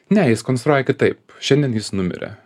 ne jis konstruoja kitaip šiandien jis numirė